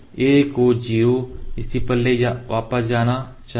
a को 0 स्थिति पर वापस जाना चाहिए